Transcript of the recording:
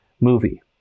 movie